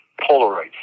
Polaroids